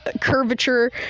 Curvature